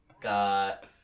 got